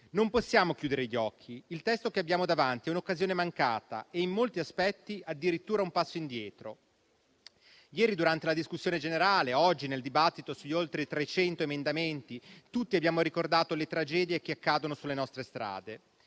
Non possiamo chiudere gli occhi, il testo che abbiamo davanti è un'occasione mancata e in molti aspetti addirittura un passo indietro. Ieri, durante la discussione generale, oggi nel dibattito sugli oltre 300 emendamenti, tutti abbiamo ricordato le tragedie che accadono sulle nostre strade.